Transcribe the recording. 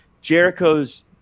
Jericho's